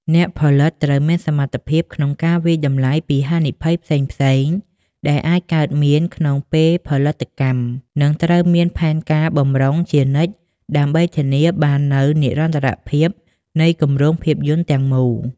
អ្នកផលិតត្រូវមានសមត្ថភាពក្នុងការវាយតម្លៃពីហានិភ័យផ្សេងៗដែលអាចកើតមានក្នុងពេលផលិតកម្ម និងត្រូវមានផែនការបម្រុងជានិច្ចដើម្បីធានាបាននូវនិរន្តរភាពនៃគម្រោងភាពយន្តទាំងមូល។